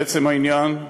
לעצם העניין,